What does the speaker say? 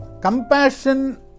Compassion